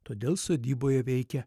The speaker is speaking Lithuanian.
todėl sodyboje veikia